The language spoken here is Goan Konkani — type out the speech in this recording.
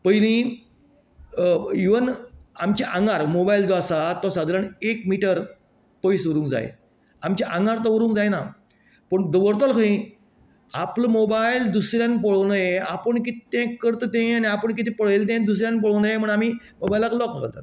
पयली इवन आमच्या आंगार मोबायल जो आसा तो सादारण एक मिटर पयस उरूंक जाय आमच्या आंगार दवरूंक जायना पूण दवरतलो खंय आपलो मोबायल दुसऱ्यान पळोवं नये आपूण कितें तें करता तें दुसऱ्यान पळोवं नये म्हणून आमी मोबायलांक लॉक घालतात